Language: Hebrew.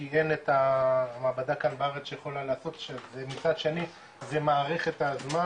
כי אין את המעבדה כאן בארץ שיכולה לעשות שזה מצד שני מאריך את הזמן